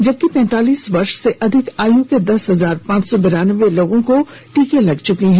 जबकि पैतालीस वर्ष से अधिक आयु के दस हजार पांच सौ बेरानबे लोगों को टीका लग चुका है